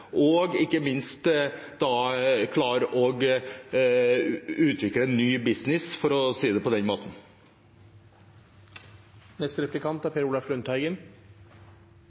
og ikke minst klare å utvikle ny business – for å si det på den måten.